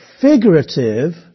figurative